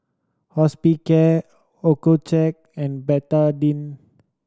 Hospicare Accucheck and Betadine